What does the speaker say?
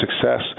success